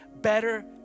better